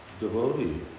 devotee